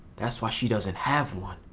that's why she doesn't have one.